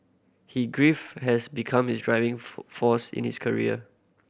he grief has become his driving force in his career